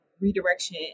redirection